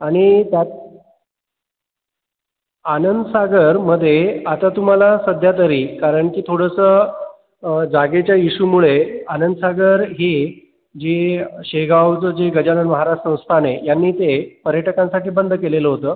आणि त्यात आनंदसागरमध्ये आता तुम्हाला सध्या तरी कारण की थोडंसं जागेच्या इश्यूमुळे आनंदसागर ही जी शेगावचं जे गजानन महाराज संस्थान आहे त्यांनी ते पर्यटकांसाठी बंद केलेलं होतं